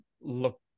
look